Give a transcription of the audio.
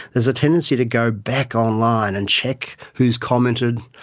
there's a tendency to go back online and check who has commented,